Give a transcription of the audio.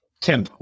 Tim